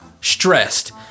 stressed